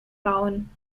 bauen